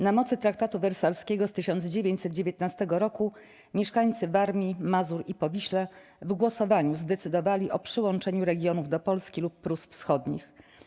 Na mocy traktatu wersalskiego z 1919 r. mieszkańcy Warmii, Mazur i Powiśla w głosowaniu decydowali o przyłączeniu regionów do Polski lub Prus Wschodnich.